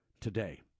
today